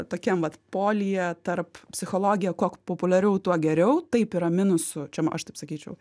tokiam vat polyje tarp psichologija kuo populiariau tuo geriau taip yra minusų čia aš taip sakyčiau